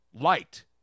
light